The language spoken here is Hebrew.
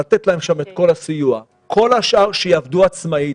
לתת להן את כל הסיוע וכל השאר שיעבדו עצמאית.